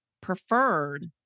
preferred